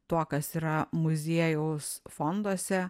tuo kas yra muziejaus fonduose